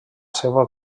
seva